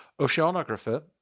Oceanographer